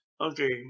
Okay